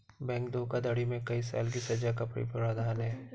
bank धोखाधड़ी में कई साल की सज़ा का भी प्रावधान है